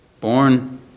born